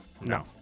No